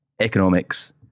economics